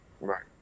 Right